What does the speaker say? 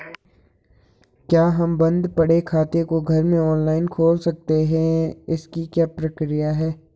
क्या हम बन्द पड़े खाते को घर में ऑनलाइन खोल सकते हैं इसकी क्या प्रक्रिया है?